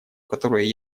которое